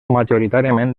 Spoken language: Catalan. majoritàriament